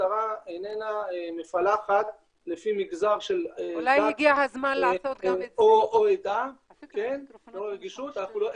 המשטרה איננה מפלחת לפי מגזר של דת או עדה לאור הרגישות.